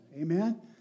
amen